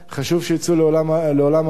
חשוב שיצאו לעולם העבודה,